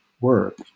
work